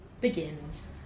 begins